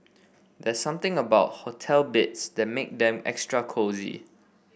there's something about hotel beds that make them extra cosy